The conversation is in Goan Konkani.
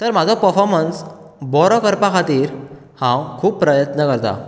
तर म्हाजो पर्फॅार्मन्स बरो करपा खातीर हांव खूब प्रयत्न करतां